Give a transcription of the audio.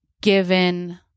given